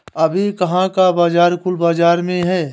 अभी कहाँ का बाजार बुल बाजार में है?